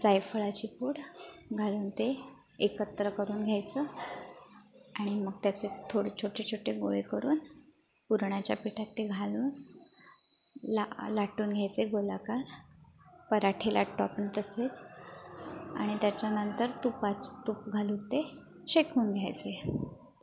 जायफळाची पूड घालून ते एकत्र करून घ्यायचं आणि मग त्याचे थोडे छोटे छोटे गोळे करून पुरणाच्या पिठात ते घालून ला लाटून घ्यायचे गोलाकार पराठे लाटतो आपण तसेच आणि त्याच्यानंतर तुपाचं तूप घालून ते शेकून घ्यायचे